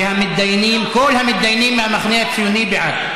והמתדיינים, כל המתדיינים מהמחנה הציוני בעד.